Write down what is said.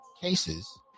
cases